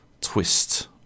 twist